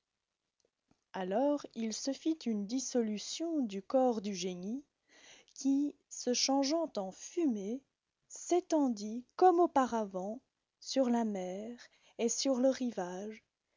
alors il se fit une dissolution du corps du génie qui se changeant en fumée s'étendit comme auparavant sur la mer et sur le rivage